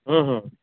ᱦᱩᱸ ᱦᱩᱸ